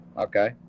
Okay